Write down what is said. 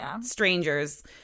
strangers